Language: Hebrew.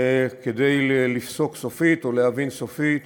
כדי לפסוק סופית או להבין סופית